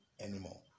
anymore